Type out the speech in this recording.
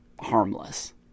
harmless